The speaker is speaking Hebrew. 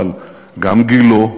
אבל גם גילה,